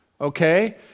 Okay